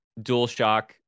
DualShock